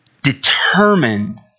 Determined